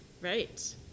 right